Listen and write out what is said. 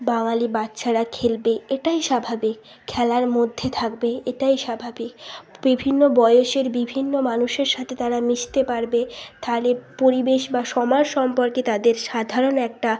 বাঙালি বাচ্চারা খেলবে এটাই স্বাভাবিক খেলার মধ্যে থাকবে এটাই স্বাভাবিক বিভিন্ন বয়সের বিভিন্ন মানুষের সাথে তারা মিশতে পারবে থাহলে পরিবেশ বা সমাজ সম্পর্কে তাদের সাধারণ একটা